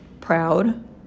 proud